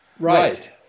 Right